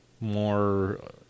more